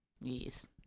Yes